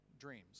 dreams